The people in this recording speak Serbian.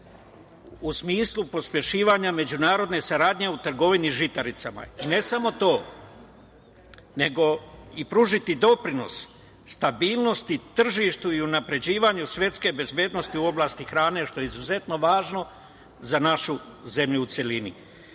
u smislu pospešivanja međunarodne saradnje u trgovini žitaricama, i ne samo to, nego i pružiti doprinos stabilnosti tržištu i unapređivanju svetske bezbednosti u oblasti hrane, što je izuzetno važno za našu zemlju u celini. Ja